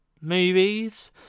movies